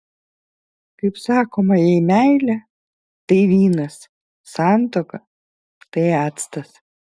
kaip sakoma jei meilė tai vynas santuoka tai actas